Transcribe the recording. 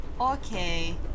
Okay